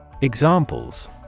Examples